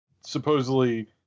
supposedly